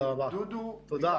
אל"מ דודו אבעדא,